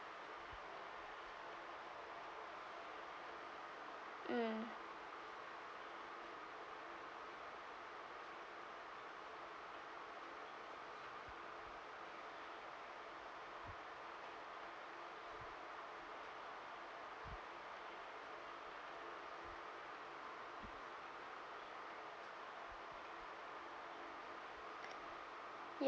mm